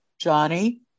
Johnny